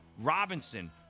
Robinson